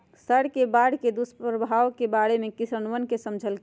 sir ने बाढ़ के दुष्प्रभाव के बारे में कृषकवन के समझल खिन